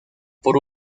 por